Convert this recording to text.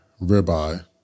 ribeye